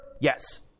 Yes